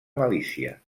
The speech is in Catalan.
malícia